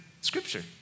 Scripture